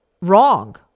wrong